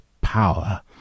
power